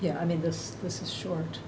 yeah i mean this this is short